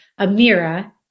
Amira